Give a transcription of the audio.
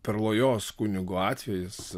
perlojos kunigo atvejis